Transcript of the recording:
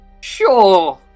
Sure